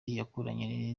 yakuranye